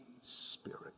Spirit